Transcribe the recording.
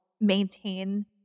maintain